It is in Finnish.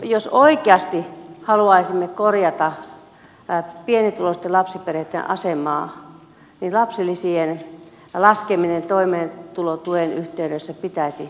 jos oikeasti haluaisimme korjata pienituloisten lapsiperheitten asemaa niin lapsilisien laskeminen toimeentulotuen yhteydessä pitäisi poistaa